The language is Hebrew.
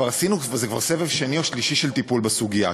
וזה כבר סבב שני או שלישי של טיפול בסוגיה,